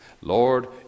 Lord